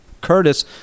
Curtis